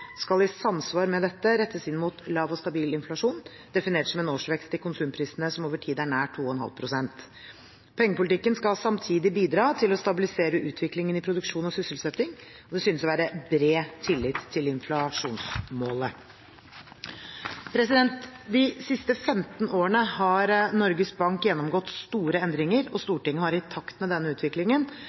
skal i samsvar med dette rettes inn mot lav og stabil inflasjon, definert som en årsvekst i konsumprisene som over tid er nær 2,5 pst. Pengepolitikken skal samtidig bidra til å stabilisere utviklingen i produksjon og sysselsetting. Det synes å være bred tillit til inflasjonsmålet. De siste 15 årene har Norges Bank gjennomgått store endringer, og Stortinget har i takt med denne utviklingen